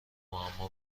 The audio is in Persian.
معما